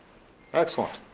excellent.